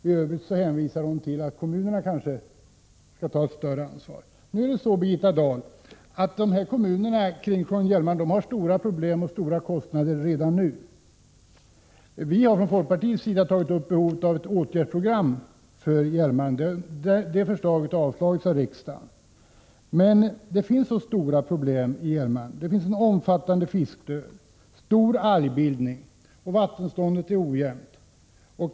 I övrigt hänvisar hon till att kommunerna kanske skall ta ett större ansvar. Nu är det så, Birgitta Dahl, att kommunerna kring Hjälmaren har stora problem och stora kostnader redan nu. Från folkpartiets sida har vi tagit upp behovet av ett åtgärdspaket beträffande Hjälmaren, men detta förslag har avvisats av riksdagen. Problemen i Hjälmaren är dock stora: Det förekommer en omfattande fiskdöd och stor algbildning. Vattenståndet är ojämnt.